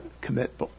commit